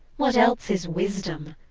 what else is wisdom?